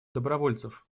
добровольцев